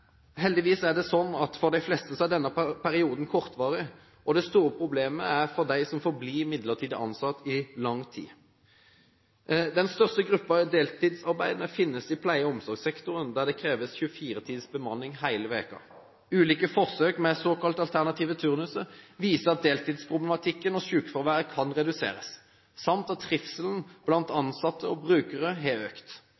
Heldigvis er det slik at for de fleste er denne perioden kortvarig. Det store problemet gjelder dem som forblir midlertidig ansatt i lang tid. Den største gruppen deltidsarbeidende finnes i pleie- og omsorgssektoren, der det kreves 24 timers bemanning hele uken. Ulike forsøk med såkalt alternative turnuser viser at deltidsproblematikken og sykefraværet kan reduseres, samt at trivselen blant ansatte og brukere har økt. Det er derfor trist at